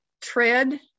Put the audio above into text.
tread